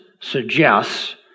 suggests